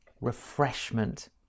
refreshment